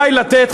אולי לתת,